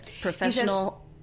professional